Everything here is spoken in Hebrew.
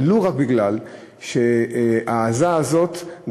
ולו רק בגלל ההעזה הזאת,